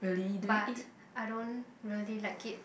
but I don't really like it